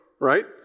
right